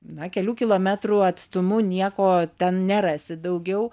na kelių kilometrų atstumu nieko ten nerasi daugiau